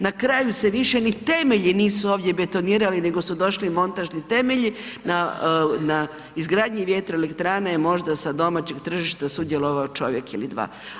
Na kraju se više ni temelji nisu ovdje betonirali nego su došli montažni temelji na izgradnji vjetroelektrane i možda je samo sa domaćeg tržišta sudjelovao čovjek ili dva.